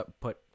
put